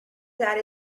that